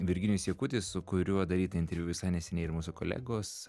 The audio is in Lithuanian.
virginijus jakutis su kuriuo darytą interviu visai neseniai ir mūsų kolegos